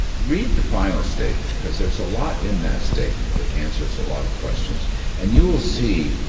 read the final statement because there's a lot in that statement that answers a lot of questions and you'll see